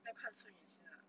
要看出脸先 ah